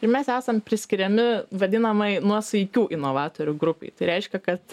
ir mes esam priskiriami vadinamajai nuosaikių inovatorių grupei tai reiškia kad